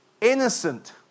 innocent